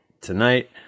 tonight